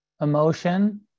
emotion